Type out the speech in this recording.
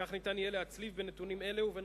כך ניתן יהיה להצליב בין נתונים אלה ובין